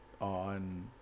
on